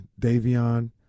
Davion